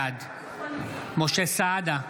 בעד משה סעדה,